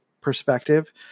perspective